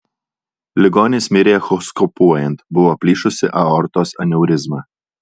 ligonis mirė echoskopuojant buvo plyšusi aortos aneurizma